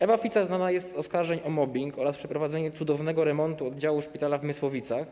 Ewa Fica znana jest z oskarżeń o mobbing oraz z przeprowadzenia cudownego remontu oddziału szpitala w Mysłowicach.